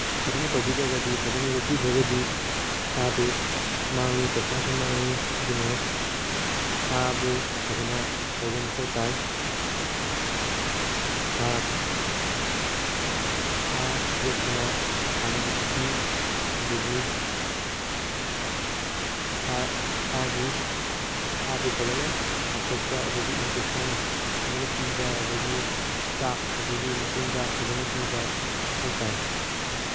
ꯐꯖꯅ ꯇꯧꯕꯤꯗ꯭ꯔꯒꯗꯤ ꯐꯖꯅ ꯌꯣꯛꯄꯤꯗ꯭ꯔꯒꯗꯤ ꯁꯥꯗꯨ ꯃꯥꯡꯉꯤ ꯄꯩꯁꯥꯁꯨ ꯃꯥꯡꯉꯤ ꯑꯗꯨꯅ ꯁꯥꯕꯨ ꯐꯖꯅ ꯇꯧꯕ ꯃꯊꯧ ꯇꯥꯏ ꯁꯥ ꯁꯥ ꯌꯣꯛꯄꯅ ꯀꯥꯅꯕꯁꯨ ꯄꯤ ꯑꯗꯒꯤ ꯁꯥ ꯁꯥꯒꯤ ꯁꯥꯕꯨ ꯐꯖꯅ ꯆꯥꯝꯊꯣꯛꯄ ꯑꯗꯒꯤ ꯏꯟꯖꯦꯛꯁꯟ ꯐꯖꯅ ꯄꯤꯕ ꯑꯗꯒꯤ ꯆꯥꯛ ꯑꯗꯒꯤ ꯃꯆꯤꯟꯖꯥꯛ ꯐꯖꯅ ꯄꯤꯕ ꯃꯊꯧ ꯇꯥꯏ